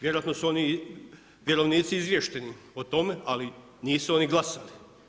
Vjerojatno su oni vjerovnici izvješteni o tome, ali nisu oni glasali.